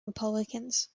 republicans